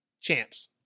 champs